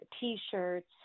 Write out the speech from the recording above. t-shirts